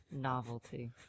Novelty